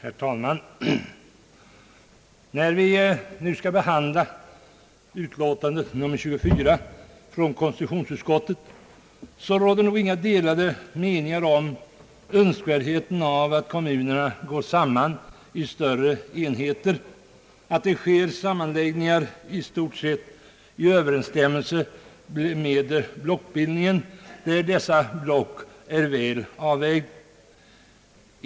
Herr talman! När vi nu skall behandla konstitutionsutskottets utlåtande nr 24 råder det nog inga delade meningar om önskvärdheten av att kommunerna går samman i större enheter och att sammanläggningar sker som i stort sett överensstämmer med en väl avvägd blockbildning.